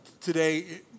today